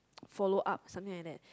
follow up something like that